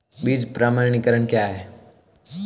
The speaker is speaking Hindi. बीज प्रमाणीकरण क्या है?